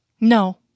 No